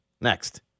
next